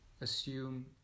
assume